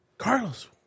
Carlos